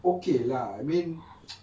okay lah I mean